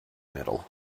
middle